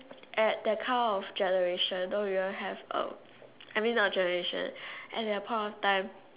at that kind of generation don't even have um I mean not generation at that point of time